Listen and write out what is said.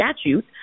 statute